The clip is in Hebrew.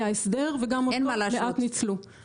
היה הסדר וגם אותו מעט ניצלו.